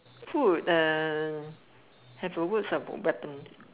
food uh have a words about weapon